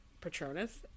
patronus